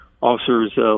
officer's